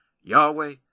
Yahweh